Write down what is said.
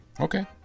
Okay